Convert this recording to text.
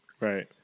Right